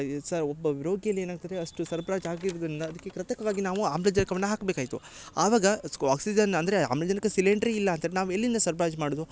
ಈ ಸಾ ಒಬ್ಬ ರೋಗಿಯಲ್ಲಿ ಏನಾಗ್ತದೆ ಅಷ್ಟು ಸರ್ಬ್ರಾಜು ಆಗಿರುದರಿಂದ ಅದಕ್ಕೆ ಕೃತಕವಾಗಿ ನಾವು ಆಮ್ಲಜನಕವನ್ನ ಹಾಕ್ಬೇಕು ಆಯಿತು ಅವಾಗ ಸ್ಕೊ ಆಕ್ಸಿಜನ್ ಅಂದರೆ ಆಮ್ಲಜನಕ ಸಿಲಿಂಡ್ರೆ ಇಲ್ಲ ಅಂದ್ರೆ ನಾವು ಎಲ್ಲಿಂದ ಸರ್ಬ್ರಾಜು ಮಾಡುದು